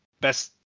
Best